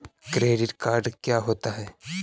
Credit card क्या होता है?